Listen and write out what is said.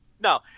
no